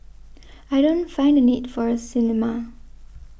I don't find the need for a cinema